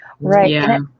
Right